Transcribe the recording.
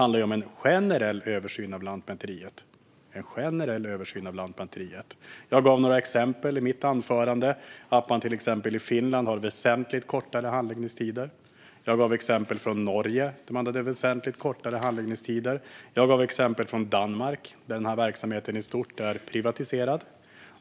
Det gäller en generell översyn av Lantmäteriet. Jag gav några exempel i mitt anförande, som att man i Finland har väsentligt kortare handläggningstider. Jag gav exempel från Norge med väsentligt kortare handläggningstider. Jag gav exempel från Danmark, där verksamheten i stort är privatiserad.